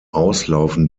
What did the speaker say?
auslaufen